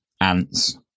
ants